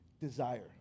Desire